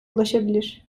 ulaşabilir